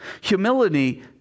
Humility